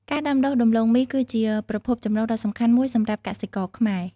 ការដាំដុះដំឡូងមីគឺជាប្រភពចំណូលដ៏សំខាន់មួយសម្រាប់កសិករខ្មែរ។